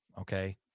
Okay